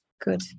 Good